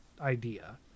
idea